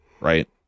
right